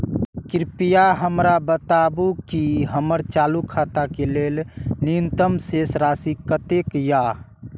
कृपया हमरा बताबू कि हमर चालू खाता के लेल न्यूनतम शेष राशि कतेक या